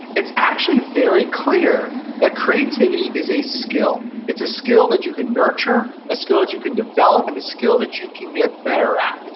it's actually very clear that creativity is a skill it's a skill that you can nurture, a skill that you can develop, and a skill that you can get better at. and